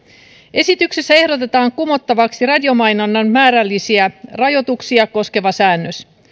esityksessä ehdotetaan kumottavaksi radiomainonnan määrällisiä rajoituksia koskeva säännös